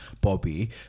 Bobby